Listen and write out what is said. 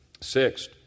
Sixth